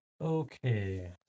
Okay